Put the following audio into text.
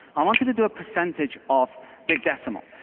i want to to do a percentage of big decimal.